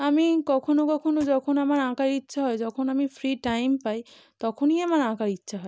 আমি কখনো কখনো যখন আমার আঁকার ইচ্ছা হয় যখন আমি ফ্রি টাইম পাই তখনই আমার আঁকার ইচ্ছা হয়